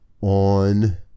on